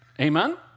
Amen